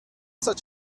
such